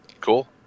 cool